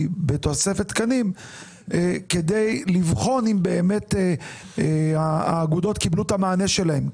בתוספת תקנים כדי לבחון אם באמת האגודות קיבלו את המענה שלהם.